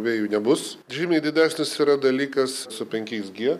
huavėjų nebus žymiai didesnis yra dalykas su penkiais g